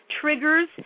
triggers